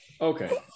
Okay